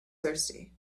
thirsty